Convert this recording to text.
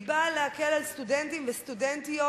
והיא באה להקל על סטודנטים וסטודנטיות